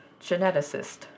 geneticist